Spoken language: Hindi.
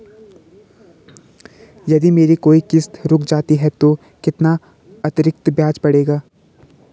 यदि मेरी कोई किश्त रुक जाती है तो कितना अतरिक्त ब्याज पड़ेगा?